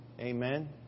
Amen